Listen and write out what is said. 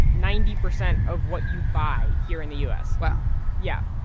ninety percent of what you buy here in the u s wow yeah.